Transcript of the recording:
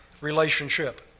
relationship